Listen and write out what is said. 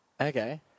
Okay